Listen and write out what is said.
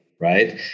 right